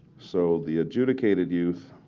so the adjudicated youth,